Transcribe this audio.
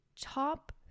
top